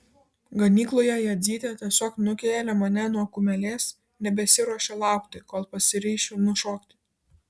ganykloje jadzytė tiesiog nukėlė mane nuo kumelės nebesiruošė laukti kol pasiryšiu nušokti